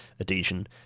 adhesion